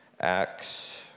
Acts